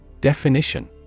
Definition